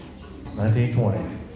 1920